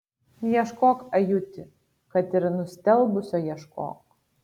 ieškok ajuti kad ir nustelbusio ieškok